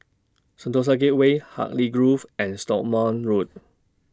Sentosa Gateway Hartley Grove and Stagmont Road